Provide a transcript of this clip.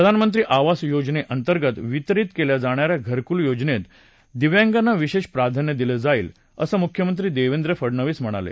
प्रधानमंत्री आवास योजनेअंतर्गत वितरीत केल्या जाणाऱ्या घरकुल योजनेत दिव्यागांना विशेष प्राधान्य दिलं जाईल असं मुख्यमंत्री देवेंद्र फडनवीस म्हणाले